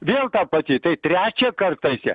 vėl ta pati tai trečiąkart taisė